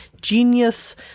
genius